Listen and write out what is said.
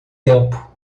tempo